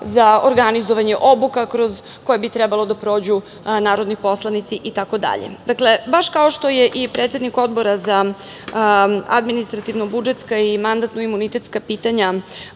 za organizovanje kroz koje bi trebalo da prođu narodni poslanici, itd. Dakle, baš kao što je i predsednik Odbora za administrativno-budžetska i mandatno-imunitetska pitanja,